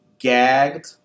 gagged